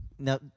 Now